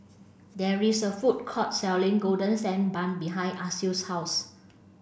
there is a food court selling golden sand bun behind Alcide's house